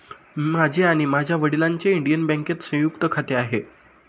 माझे आणि माझ्या वडिलांचे इंडियन बँकेत संयुक्त खाते आहे